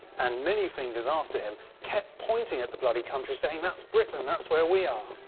and many fingers after him, kept pointing at the bloody country, saying, that's britain, that's where we are.